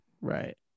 right